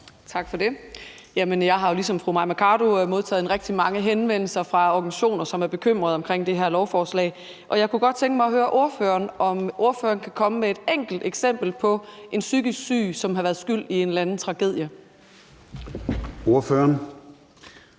Tak for det. Jeg har jo ligesom fru Mai Mercado modtaget rigtig mange henvendelser fra organisationer, som er bekymrede for det her lovforslag. Jeg kunne godt tænke mig at høre ordføreren, om ordføreren kan komme med et enkelt eksempel på en psykisk syg, som har været skyld i en eller anden tragedie. Kl.